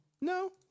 No